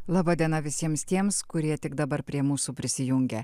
laba diena visiems tiems kurie tik dabar prie mūsų prisijungia